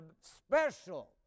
special